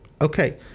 Okay